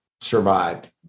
survived